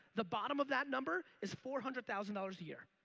the bottom of that number is four hundred thousand dollars year.